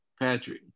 Patrick